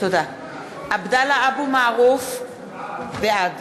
(קוראת בשמות חברי הכנסת) עבדאללה אבו מערוף, בעד